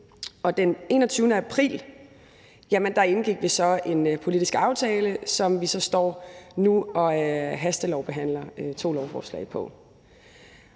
den 21. april indgik vi så en politisk aftale, som vi nu står og hastebehandler to lovforslag på.